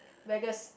Vegas